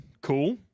cool